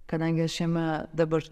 kadangi aš jame dabar